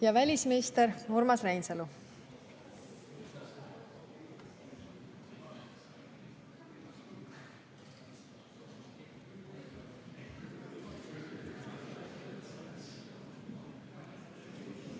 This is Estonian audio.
Ja välisminister Urmas Reinsalu.